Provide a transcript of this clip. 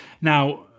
Now